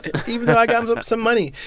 and even though i got some money.